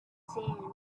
sand